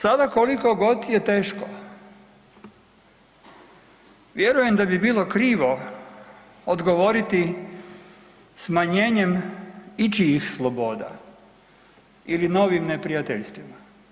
Sada koliko god je teško vjerujem da bi bilo krivo odgovoriti smanjenjem ičijih sloboda ili novim neprijateljstvima.